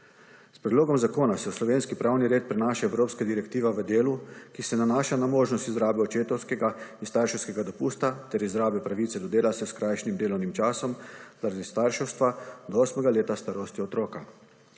S Predlogom zakona se v slovenski pravni red prenaša Evropska Direktiva v delu, ki se nanaša na možnosti izrabe očetovskega in starševskega dopusta ter izrabe pravice do dela s skrajšanim delovnim časom zaradi starševstva do 8. leta starosti otroka.